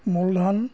মূলধন